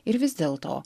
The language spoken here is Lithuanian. ir vis dėl to